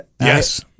Yes